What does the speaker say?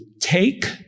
take